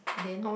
then